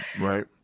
Right